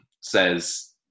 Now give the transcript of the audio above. says